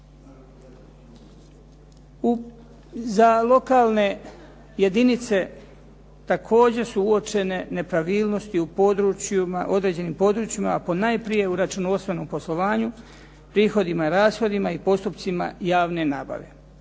Za lokalne jedinice također su uočene nepravilnosti u područjima, određenim područjima a ponajprije u računovodstvenom poslovanju, prihodima i rashodima i postupcima javne nabave.